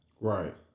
Right